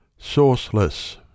Sourceless